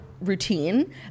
routine